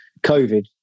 COVID